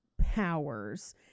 powers